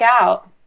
out